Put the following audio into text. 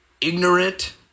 Ignorant